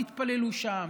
תתפללו שם,